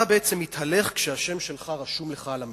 אתה בעצם מתהלך כשהשם שלך רשום לך על המצח.